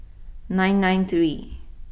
nine nine three